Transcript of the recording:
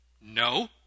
No